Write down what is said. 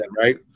right